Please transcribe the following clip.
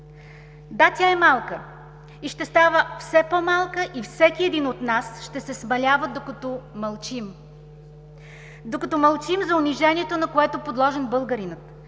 Да, тя е малка, и ще става все по-малка и всеки един от нас ще се смалява, докато мълчим. Докато мълчим за унижението, на което е подложен българинът,